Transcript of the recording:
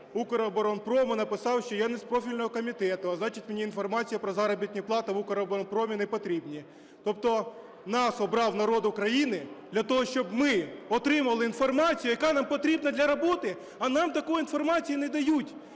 "Укроборонпрому" написав, що я не з профільного комітету, а значить, мені інформація про заробітні плати в "Укроборонпромі" не потрібні. Тобто нас обрав народ України для того, щоб ми отримували інформацію, яка нам потрібна для роботи, а нам такої інформації не дають.